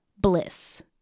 bliss